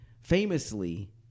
famously